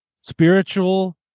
spiritual